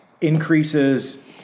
increases